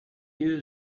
you